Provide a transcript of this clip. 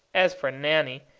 as for nanny,